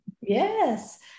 Yes